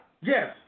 Yes